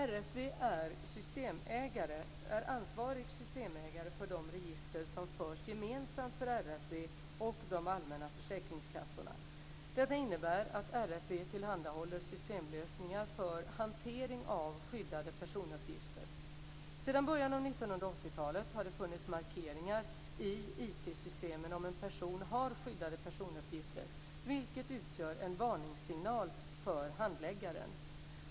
RFV är ansvarig systemägare för de register som förs gemensamt för RFV och de allmänna försäkringskassorna. Detta innebär att RFV tillhandahåller systemlösningar för hantering av skyddade personuppgifter. Sedan början av 1980-talet har det funnits markeringar i IT-systemen om en person har skyddade personuppgifter, vilket utgör en varningssignal för handläggaren.